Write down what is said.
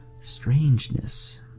strangeness